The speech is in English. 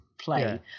play